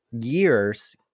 years